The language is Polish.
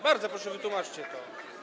Bardzo proszę, wytłumaczcie to.